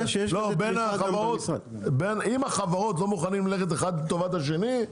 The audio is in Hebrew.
אם החברות לא מוכנות ללכת אחד לטובת השני,